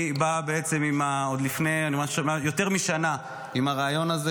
היא באה בעצם עוד לפני יותר משנה עם הרעיון הזה,